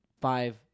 five